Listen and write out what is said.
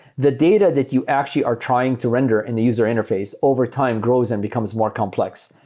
the data that you actually are trying to render in the user interface over time grows and becomes more complex.